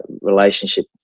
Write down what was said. relationship